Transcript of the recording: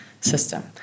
system